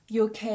UK